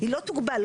לא תוגבל.